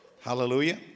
hallelujah